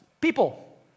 People